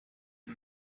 uyu